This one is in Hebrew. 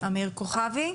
אמיר כוכבי?